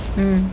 mm